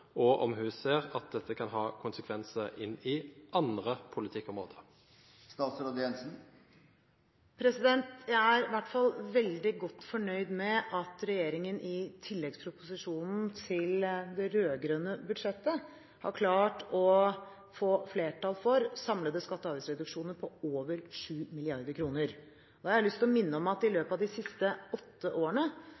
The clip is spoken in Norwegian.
og om hun ser at dette kan ha konsekvenser inn i andre politikkområder. Jeg er i hvert fall veldig godt fornøyd med at regjeringen i tilleggsproposisjonen til det rød-grønne budsjettet har klart å få flertall for samlede skatte- og avgiftsreduksjoner på over 7 mrd. kr. Jeg har lyst til å minne om at i